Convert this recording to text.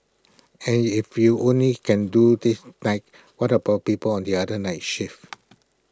and if you only can do this night what about people on the other night shift